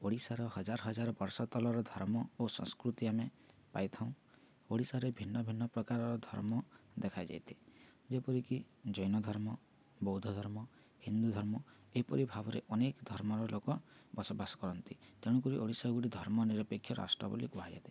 ଓଡ଼ିଶାର ହଜାର ହଜାର ବର୍ଷା ତଲର ଧର୍ମ ଓ ସଂସ୍କୃତି ଆମେ ପାଇଥାଉ ଓଡ଼ିଶାରେ ଭିନ୍ନ ଭିନ୍ନ ପ୍ରକାରର ଧର୍ମ ଦେଖା ଯାଇଥାଏ ଯେପରିକି ଜୈନ ଧର୍ମ ବୌଦ୍ଧ ଧର୍ମ ହିନ୍ଦୁ ଧର୍ମ ଏହିପରି ଭାବରେ ଅନେକ ଧର୍ମର ଲୋକ ବସବାସ କରନ୍ତି ତେଣୁକରି ଓଡ଼ିଶା ଗୋଟେ ଧର୍ମ ନିରପେକ୍ଷ ରାଷ୍ଟ୍ର ବୋଲି କୁହାଯାଇଥାଏ